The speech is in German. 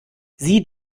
sie